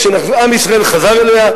כשעם ישראל חזר אליה,